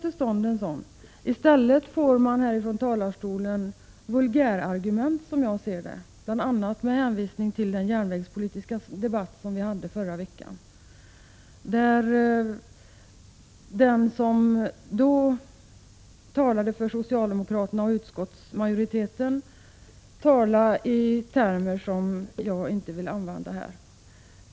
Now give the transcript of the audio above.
I stället får man från talarstolen höra vulgärargument, som jag ser det; jag tänker då bl.a. på den järnvägspolitiska debatt vi hade förra veckan. Den som då talade för socialdemokraterna och utskottsmajoriteten gjorde det i termer som jag inte vill återge.